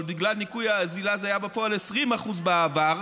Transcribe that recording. אבל בגלל ניכוי האזילה זה היה בפועל 20% בעבר,